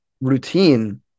routine